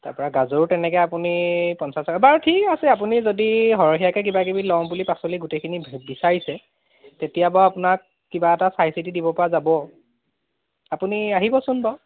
তাৰপৰা গাজৰো তেনেকৈ আপুনি পঞ্চাছ টকা বাৰু ঠিক আছে আপুনি যদি সৰহীয়াকৈ কিবা কিবি লওঁ বুলি পাচলি গোটেখিনি বিছাৰিছে তেতিয়া বাৰু আপোনাক কিবা এটা চাই চিতি দিব পৰা যাব আপুনি আহিবচোন বাৰু